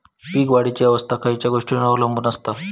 पीक वाढीची अवस्था खयच्या गोष्टींवर अवलंबून असता?